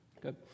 Good